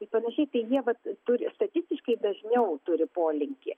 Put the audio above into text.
ir panašiai tai jie vat turi statistiškai dažniau turi polinkį